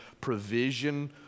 provision